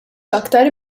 aktar